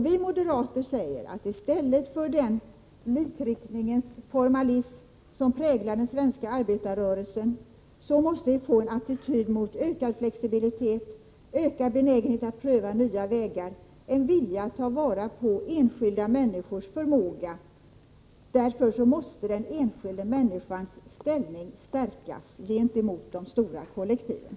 Vi moderater säger att i stället för den likriktning och formalism som präglar den svenska arbetarrörelsen måste vi få en attityd som innebär ökad flexibilitet, ökad benägenhet att pröva nya idéer, en vilja att ta vara på enskilda människors förmåga. Därför måste den enskilda människans ställning stärkas gentemot de stora kollektiven.